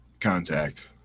contact